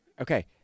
okay